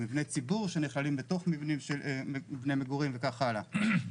מבני ציבור שנכללים בתוך מבני מגורים וכן הלאה.